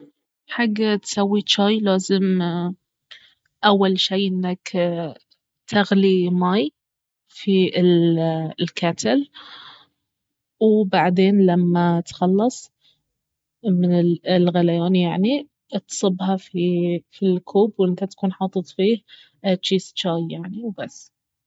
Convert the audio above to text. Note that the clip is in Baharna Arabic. حق تسوي جاي لازم اول شي انك تغلي ماي في ال-الكاتل وبعدين لما تخلص من الغليان يعني اتصبها في الكوب وانت تكون حاطط فيه جيس جاي يعني وبس